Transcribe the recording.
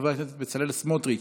חבר הכנסת בצלאל סמוטריץ'